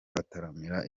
ataramira